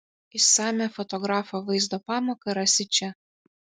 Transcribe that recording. išsamią fotografo vaizdo pamoką rasi čia